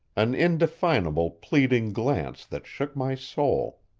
an indefinable, pleading glance that shook my soul.